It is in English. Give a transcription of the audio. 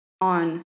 on